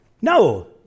No